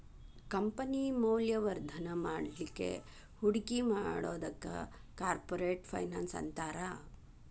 company ಮೌಲ್ಯವರ್ಧನ ಮಾಡ್ಲಿಕ್ಕೆ ಹೂಡಿಕಿ ಮಾಡೊದಕ್ಕ ಕಾರ್ಪೊರೆಟ್ ಫೈನಾನ್ಸ್ ಅಂತಾರ